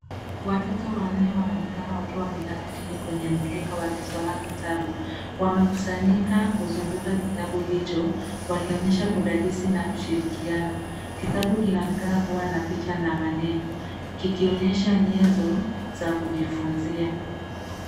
Watoto wanne wanaonekana wakiwa wamelala chini kwenye mkeka wakisoma kitabu. Wamekusanyika kuzunguka kitabu hicho, wakionyesha udadisi na ushirikiano. Kitabu kinaonekana kuwa na picha na maneno kikionyesha nyezo za kujifunzia.